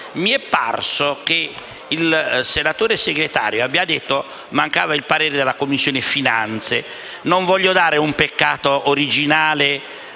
mi è parso che il senatore Segretario abbia detto che mancava il parere della Commissione finanze. Non voglio attribuire al presidente